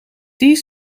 die